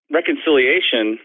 Reconciliation